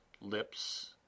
lips